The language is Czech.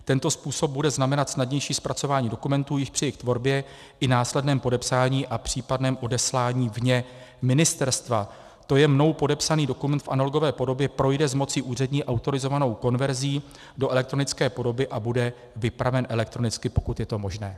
Tento způsob bude znamenat snadnější zpracování dokumentů již při jejich tvorbě i následném podepsání a případném odeslání vně ministerstva, tj. mnou podepsaný dokument v analogové podobě projde z moci úřední autorizovanou konverzí do elektronické podoby a bude vypraven elektronicky, pokud je to možné.